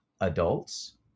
adults